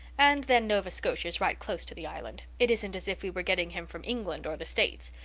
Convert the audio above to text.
and then nova scotia is right close to the island. it isn't as if we were getting him from england or the states.